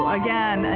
again